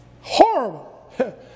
Horrible